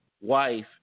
wife